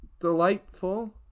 delightful